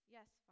Yes